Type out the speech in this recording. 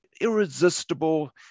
irresistible